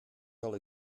zal